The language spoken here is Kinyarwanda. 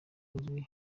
uzwi